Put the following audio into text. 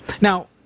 Now